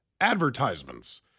advertisements